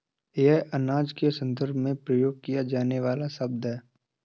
यह अनाज के संदर्भ में प्रयोग किया जाने वाला शब्द है